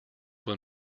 when